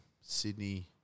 Sydney